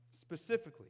Specifically